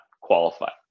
qualify